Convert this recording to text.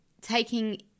taking